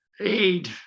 aid